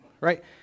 right